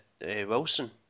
Wilson